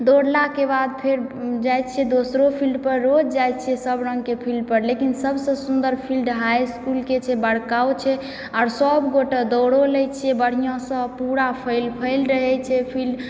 दौड़लाके बाद फेर जैत छियै दोसरो फील्डपर रोज जैत छियै सभ रंगके फील्डपर लेकिन सभसँ सुन्दर फील्ड हाई इस्कूलके छै बड़काओ छै आओर सभगोटे दौड़ो लैत छियै बढ़िआँसँ पूरा फैल फैल रहैत छै फील्ड